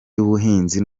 y’ubuhinzi